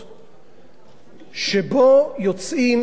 שבו יוצאים ספרים ישראליים,